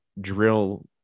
drill